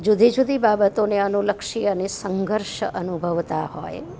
જુદી જુદી બાબતોને અનુલક્ષી અને સંઘર્ષ અનુભવતા હોય